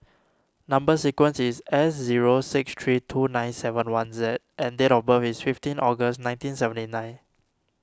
Number Sequence is S zero six three two nine seven one Z and date of birth is fifteen August nineteen seventy nine